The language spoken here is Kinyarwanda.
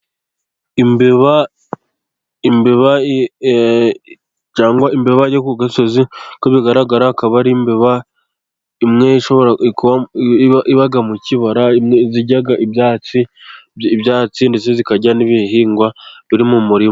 Imbeba, imbeba, cyangwa imbeba yo ku gasozi uko bigaragara akaba ari imbeba imwe iba mu kibara zirya ibyatsi ndetse zikarya n'ibihingwa biri mu murima.